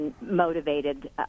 motivated